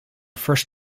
first